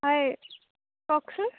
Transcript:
হয় কওকচোন